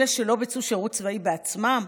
אלה שלא ביצעו שירות צבאי בעצמם?